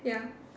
ya